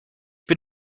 bin